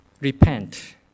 repent